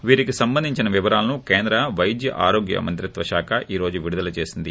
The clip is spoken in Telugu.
వీటికి సంబంధించిన వివరాలను కేంద్ర పైద్య ఆరోగ్య మంత్రిత్వ శాఖ ఈ రోజు విడుదల చేసింది